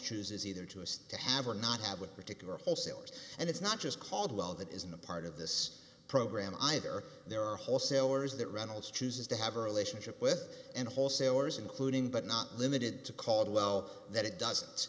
chooses either to us to have or not have with particular wholesalers and it's not just caldwell that isn't a part of this program either there are wholesalers that reynolds chooses to have a relationship with and wholesalers including but not limited to caldwell that it